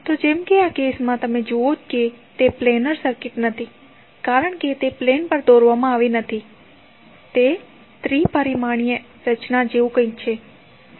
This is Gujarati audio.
તો જેમ કે આ કેસ માં જો તમે જુઓ કે તે પ્લેનર સર્કિટ નથી કારણ કે તે પ્લેન પર દોરવામાં આવી નથી તે ત્રિ પરિમાણીય રચના જેવું કંઈક છે